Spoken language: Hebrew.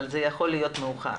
אבל זה יכול להיות מאוחר.